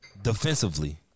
Defensively